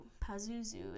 pazuzu